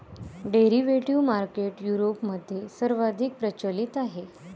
derivative market युरोपमध्ये सर्वाधिक प्रचलित आहे